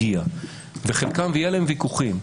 על חלק מהדברים יהיו ויכוחים.